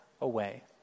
away